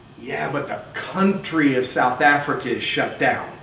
yeah. but the country of south africa is shut down,